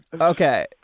Okay